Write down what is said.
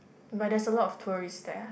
but there's a lot of tourist there